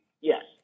Yes